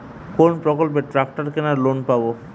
কোন প্রকল্পে ট্রাকটার কেনার লোন পাব?